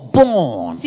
born